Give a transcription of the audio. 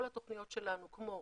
כל התוכניות שלנו, כמו